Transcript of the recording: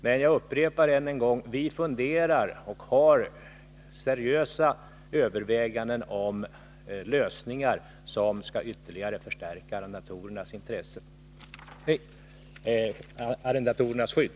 Men jag upprepar än en gång: Vi funderar på och gör seriösa överväganden om lösningar som ytterligare skall förstärka arrendatorernas skydd.